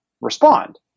respond